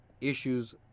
issues